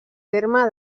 terme